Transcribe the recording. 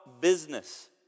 business